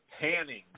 panning